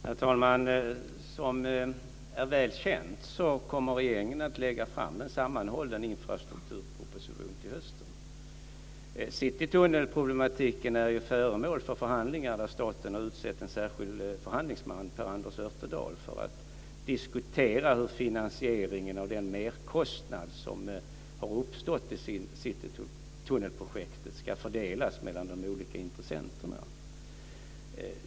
Herr talman! Som är välkänt kommer regeringen att lägga fram en sammanhållen infrastrukturproposition till hösten. Citytunnelproblematiken är föremål för förhandlingar, där staten har utsett en särskild förhandlingsman, Per-Anders Örtendahl, för att diskutera hur finansieringen av den merkostnad som har uppstått i Citytunnelprojektet ska delas mellan de olika intressenterna.